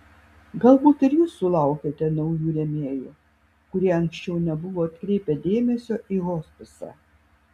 galbūt ir jūs sulaukėte naujų rėmėjų kurie anksčiau nebuvo atkreipę dėmesio į hospisą